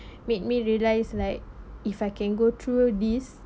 made me realised like if I can go through this